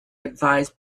advised